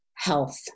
Health